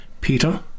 Peter